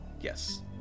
Yes